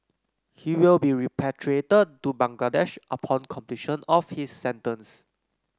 he will be repatriated to Bangladesh upon completion of his sentence